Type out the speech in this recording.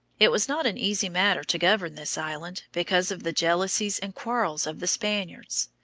it was not an easy matter to govern this island, because of the jealousies and quarrels of the spaniards.